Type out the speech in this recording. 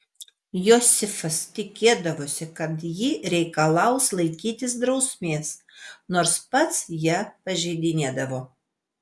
josifas tikėdavosi kad ji reikalaus laikytis drausmės nors pats ją pažeidinėdavo